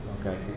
Okay